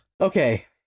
okay